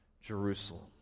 Jerusalem